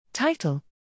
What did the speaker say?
Title